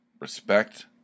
respect